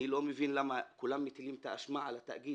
אני לא מבין למה כולם מטילים את האשמה על התאגיד